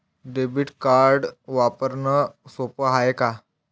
Debit card वापरणं सोप हाय का?